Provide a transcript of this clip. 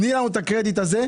תני לנו את הקרדיט הזה.